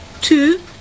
Two